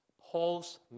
Paul's